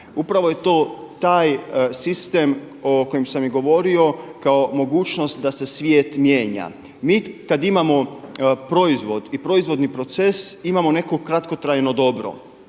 Upravo je to taj sistem o kojem sam i govorio kao mogućnost da se svijet mijenja. Mi kad imamo proizvod i proizvodni proces imamo neko kratkotrajno dobro